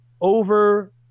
over